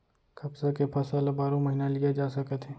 कपसा के फसल ल बारो महिना लिये जा सकत हे